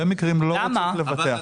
לבטח.